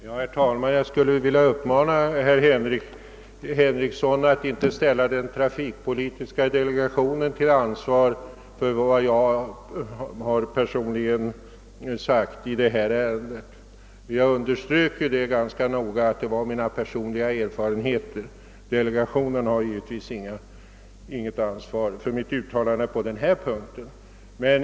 Herr talman! Jag skulle vilja uppmana herr Henrikson att inte ställa den trafikpolitiska delegationen till ansvar för vad jag personligen har sagt i detta ärende. Jag underströk ju ganska noga att det var mina personliga erfarenheter. Delegationen har givetvis inte något ansvar för mitt uttalande på denna punkt.